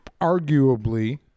arguably